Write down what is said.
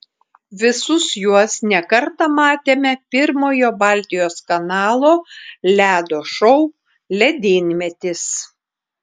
visus juos ne kartą matėme pirmojo baltijos kanalo ledo šou ledynmetis